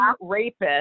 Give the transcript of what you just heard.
rapist